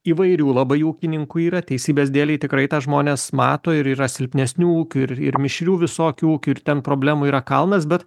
įvairių labai ūkininkų yra teisybės dėlei tikrai tą žmonės mato ir yra silpnesnių ūkių ir ir mišrių visokių ūkių ir ten problemų yra kalnas bet